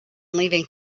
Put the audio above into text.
leaving